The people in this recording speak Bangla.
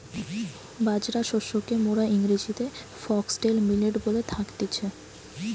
বাজরা শস্যকে মোরা ইংরেজিতে ফক্সটেল মিলেট বলে থাকতেছি